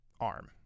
arm